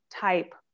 type